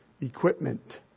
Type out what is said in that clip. equipment